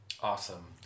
awesome